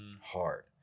hard